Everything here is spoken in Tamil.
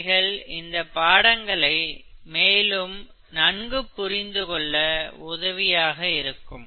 இவைகள் இந்த பாடங்களை மேலும் நன்கு புரிந்துகொள்ள உதவியாக இருக்கும்